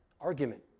argument